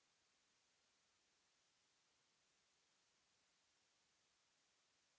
Merci,